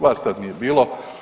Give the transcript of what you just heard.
Vas tad nije bilo.